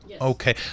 okay